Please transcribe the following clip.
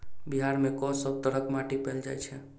बिहार मे कऽ सब तरहक माटि पैल जाय छै?